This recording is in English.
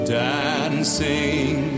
dancing